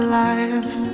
life